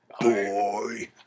Boy